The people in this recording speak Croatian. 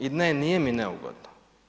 I ne nije mi neugodno.